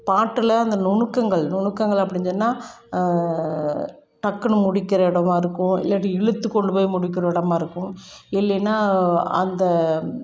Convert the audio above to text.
பாட்டில் அந்த நுணுக்கங்கள் நுணுக்கங்கள் அப்படினு சொன்னால் டக்குனு முடிக்கிற இடமா இருக்கும் இல்லாட்டி இழுத்து கொண்டு போய் முடிக்கிற இடமா இருக்கும் இல்லைன்னா அந்த